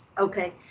okay